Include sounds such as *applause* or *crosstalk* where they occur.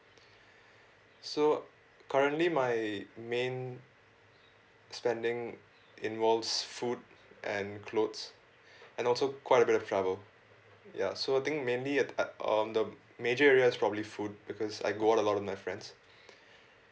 *breath* so currently my main spending involves food and clothes *breath* and also quite a bit of travel ya so I think mainly uh on the major areas probably food because I go out a lot with my friends *breath*